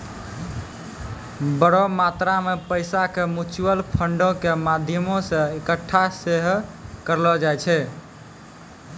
बड़ो मात्रा मे पैसा के म्यूचुअल फंडो के माध्यमो से एक्कठा सेहो करलो जाय छै